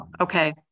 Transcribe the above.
Okay